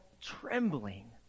trembling